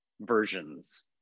versions